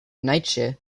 nietzsche